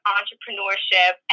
entrepreneurship